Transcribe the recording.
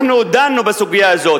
אנחנו דנו בסוגיה הזאת,